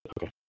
Okay